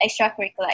extracurricular